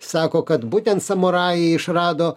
sako kad būtent samurajai išrado